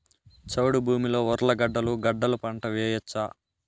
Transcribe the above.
చౌడు భూమిలో ఉర్లగడ్డలు గడ్డలు పంట వేయచ్చా?